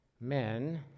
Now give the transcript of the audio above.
men